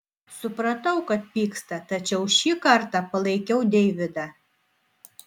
supratau kad pyksta tačiau šį kartą palaikiau deividą